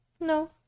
No